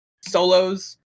Solos